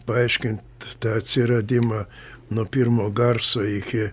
paaiškint tą atsiradimą nuo pirmo garso iki